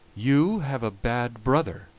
you have a bad brother,